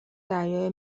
دریای